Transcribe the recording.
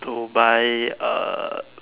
to buy a